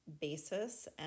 basis